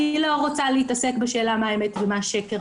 אני לא רוצה להצעסק בשאלה מה אמת ומה שקר,